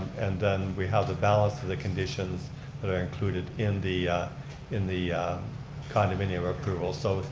and then we have the balance of the conditions that are included in the in the condominium approval. so,